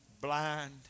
blind